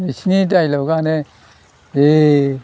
बिसिनि डाइलकआनो जि